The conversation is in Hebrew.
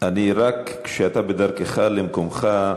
אני רק, כשאתה בדרכך למקומך,